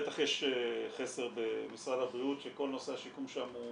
בטח יש חסר במשרד הבריאות שכל נושא השיקום שם הוא